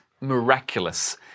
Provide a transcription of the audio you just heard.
miraculous